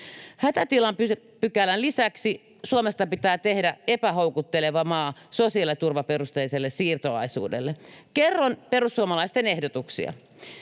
Hätätilapykälän lisäksi Suomesta pitää tehdä epähoukutteleva maa sosiaaliturvaperusteiselle siirtolaisuudelle. Kerron perussuomalaisten ehdotuksia.